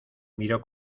miró